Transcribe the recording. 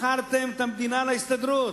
מכרתם את המדינה להסתדרות.